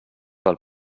del